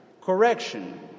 correction